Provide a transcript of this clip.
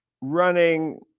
running